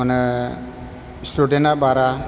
मानो स्टुडेन्टआ बारा